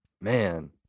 man